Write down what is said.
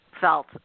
felt